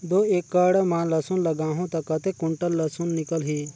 दो एकड़ मां लसुन लगाहूं ता कतेक कुंटल लसुन निकल ही?